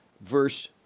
verse